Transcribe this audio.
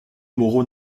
moreau